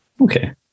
Okay